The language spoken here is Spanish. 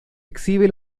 exhibe